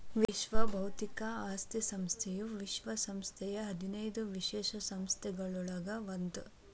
ವಿಶ್ವ ಬೌದ್ಧಿಕ ಆಸ್ತಿ ಸಂಸ್ಥೆಯು ವಿಶ್ವ ಸಂಸ್ಥೆಯ ಹದಿನೈದು ವಿಶೇಷ ಸಂಸ್ಥೆಗಳೊಳಗ ಒಂದ್